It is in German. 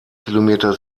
kilometer